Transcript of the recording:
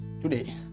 today